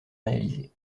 réaliser